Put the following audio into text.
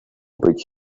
which